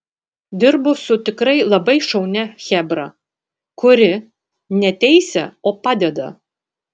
dirbu su tikrai labai šaunia chebra kuri ne teisia o padeda